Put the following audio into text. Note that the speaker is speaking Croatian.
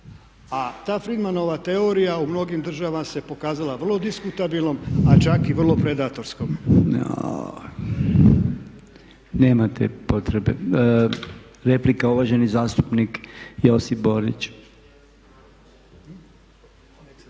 A ta Fridmanova teorija u mnogim državama se pokazala vrlo diskutabilnom a čak i vrlo predatorskom. **Podolnjak, Robert (MOST)** Nemate potrebe. Replika uvaženi zastupnik Josip Borić.